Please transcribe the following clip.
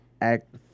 act